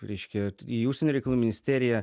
reiškia į užsienio reikalų ministeriją